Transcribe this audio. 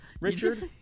Richard